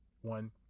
one